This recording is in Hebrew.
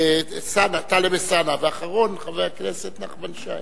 טלב אלסאנע, ואחרון, חבר הכנסת נחמן שי.